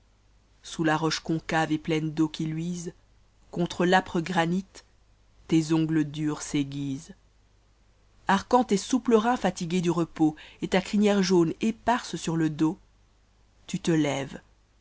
sous la roche concave et pleine d'os qui luisent contre l'âpre granit tes ongles durs s'aigaisent arquant tes souples reins fatigués du repos et ta crinière jaune éparse sur te dos tu te lèves